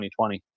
2020